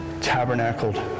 tabernacled